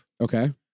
Okay